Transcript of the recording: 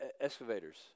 excavators